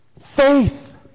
Faith